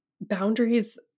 boundaries